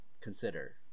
consider